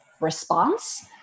response